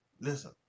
listen